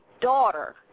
daughter